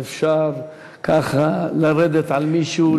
שאפשר ככה לרדת על מישהו,